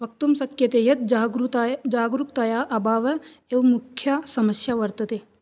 वक्तुं शक्यते यत् जागरूकतायाः अभावः एव मुख्या समस्या वर्तते